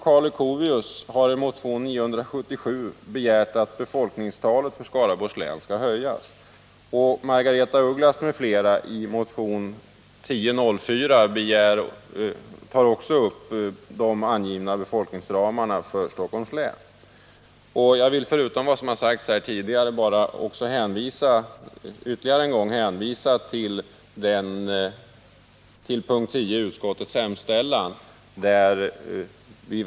Margaretha af Ugglas m.fl. tar i motion 1875 upp frågan om de angivna befolkningsramarna för Stockholms län. Jag vill utöver vad jag sagt tidigare ytterligare en gång hänvisa till utskottets hemställan mom. 10.